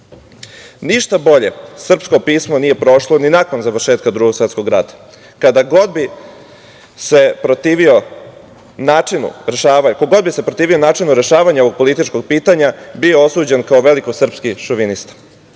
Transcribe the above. Ništa bolje srpsko pismo nije prošlo ni nakon završetka Drugog svetskog rata. Ko god bi se protivio načinu rešavanja ovog političkog pitanja bio je osuđen kao veliko srpski šovinista.I